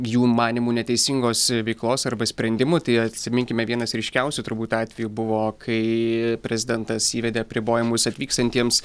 jų manymu neteisingos veiklos arba sprendimų tai atsiminkime vienas ryškiausių turbūt atvejų buvo kai prezidentas įvedė apribojimus atvykstantiems